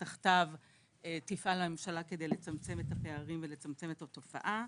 שתחתיו תפעל הממשלה כדי לצמצם את הפערים ולצמצם את התופעה.